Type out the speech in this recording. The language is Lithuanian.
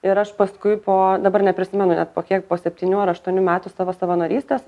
ir aš paskui po dabar neprisimenu net po kiek po septynių ar aštuonių metų savo savanorystės